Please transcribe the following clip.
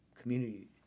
Community